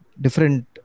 different